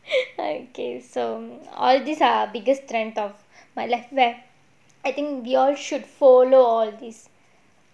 okay so all these are biggest strength of my life like I think we all should follow all these